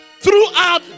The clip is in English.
Throughout